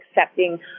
accepting